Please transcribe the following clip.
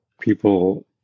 people